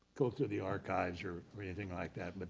go through the archives or or anything like that, but